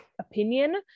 opinion